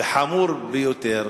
דבר חמור ביותר,